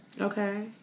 Okay